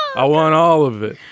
i want all of it